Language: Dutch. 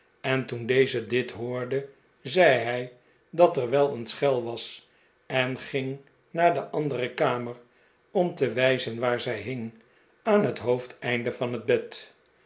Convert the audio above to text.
en toen deze dit hoorde zei hij dat er wel een schel was en ging naar de andere kamer om te wijzen waar zij hing aan het hoofdeinde van het bed